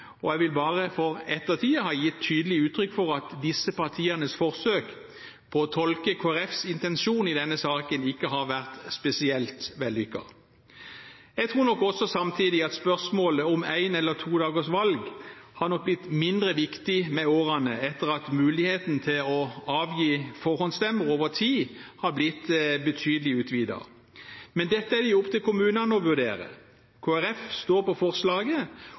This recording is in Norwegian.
og jeg vil bare for ettertiden ha gitt tydelig uttrykk for at disse partienes forsøk på å tolke Kristelig Folkepartis intensjon i denne saken ikke har vært spesielt vellykket. Jeg tror nok samtidig at spørsmålet om én eller to dagers valg har blitt mindre viktig med årene, etter at muligheten til å avgi forhåndsstemmer over tid har blitt betydelig utvidet. Men dette er det opp til kommunene å vurdere. Kristelig Folkeparti står ved forslaget